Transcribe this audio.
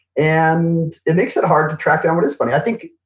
and it makes it hard to track down what is funny. i think,